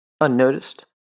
Unnoticed